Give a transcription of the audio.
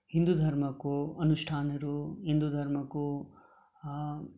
हिन्दू धर्मको अनुष्ठानहरू हिन्दू धर्मको